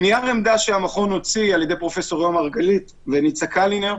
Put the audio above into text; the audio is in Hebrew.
בנייר עמדה שהוציא המכון על ידי פרופ' יותם מרגלית וניצה קלינר,